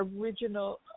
original